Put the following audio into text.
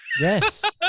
yes